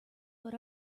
but